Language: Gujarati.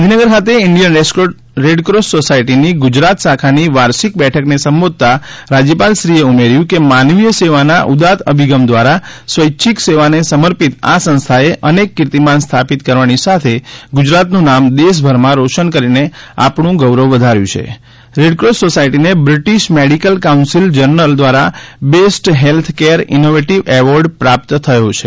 ગાંધીનગર ખાતે ઇન્ડિયન રેડક્રોસ સોસાયટીની ગુજરાત શાખાની વાર્ષિક બેઠકને સંબોધતા રાજ્યપાલશ્રીએ ઉમેર્યુ કે માનવીય સેવાના ઉદાત અભિગભ દ્વારા સ્વૈચ્છિક સેવાને સમર્પિત આ સંસ્થાએ અનેક કિર્તીમાન સ્થાપિત કરવાની સાથે ગુજરાતનું નામ દેશભરમાં રોશન કરીને આપણું ગૌરવ વધાર્યુ છે રેડક્રીસ સોસાયટીને બ્રિટીશ મેડિકલ કાઉન્સીલ જર્નલ દ્વારા best health care innovative award પ્રાપ્ત થયો છે